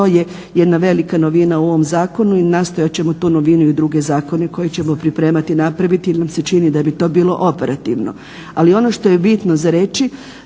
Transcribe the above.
to je jedna velika novina u ovom zakonu i nastojat ćemo tu novinu i u druge zakone koje ćemo pripremati napraviti, jer nam se čini da bi to bilo operativno.